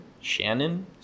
Shannon